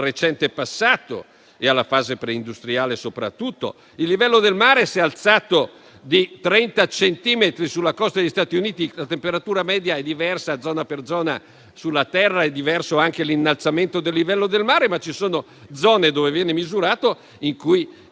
rispetto alla fase preindustriale; il livello del mare si è alzato di 30 centimetri sulla costa degli Stati Uniti; la temperatura media è diversa da zona per zona sulla Terra ed è diverso anche l'innalzamento del livello del mare, ma ci sono zone dove viene misurato in cui